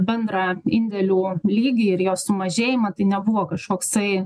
bendrą indėlių lygį ir jo sumažėjimą tai nebuvo kažkoksai